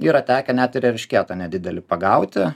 yra tekę net ir eršketą nedidelį pagauti